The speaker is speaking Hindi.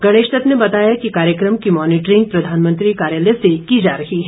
गणेश दत्त ने बताया कि कार्यक्रम की मॉनिटरिंग प्रधानमंत्री कार्यालय से की जा रही हैं